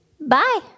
bye